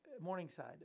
Morningside